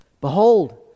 Behold